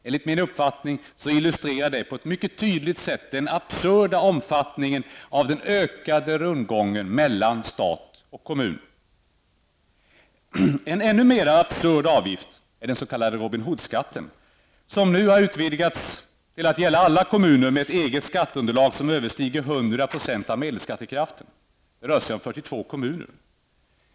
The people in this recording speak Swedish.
Enligt min uppfattning illustrerar det på ett mycket tydligt sätt den absurda omfattningen av den ökade rundgången mellan stat och kommun. En ännu mer absurd avgift är den s.k. Robin Hoodskatten, som nu har utvidgats till att gälla alla kommuner med ett eget skatteunderlag som överstiger 100 % av medelskattekraften. Det rör sig om 42 kommuner.